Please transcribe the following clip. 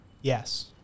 Yes